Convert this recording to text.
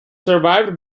survived